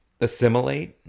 assimilate